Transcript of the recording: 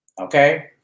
Okay